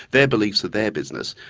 their beliefs are their business,